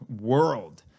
world